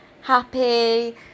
happy